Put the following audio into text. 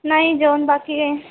नाही जेवण बाकी आहे